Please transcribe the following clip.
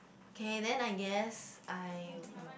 K then I guess I um